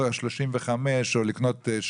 שינוי מבחן ההכנסות שלפיו אנחנו עובדים